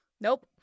Nope